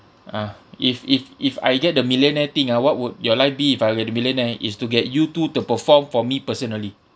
ah if if if I get the millionaire thing ah what would your life be if I get to billionaire is to get u two to perform for me personally